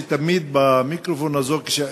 תמיד במיקרופון הזה,